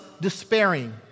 despairing